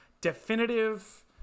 definitive